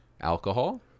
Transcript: alcohol